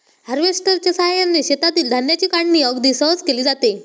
हार्वेस्टरच्या साहाय्याने शेतातील धान्याची काढणी अगदी सहज केली जाते